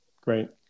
Great